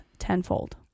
tenfold